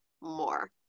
more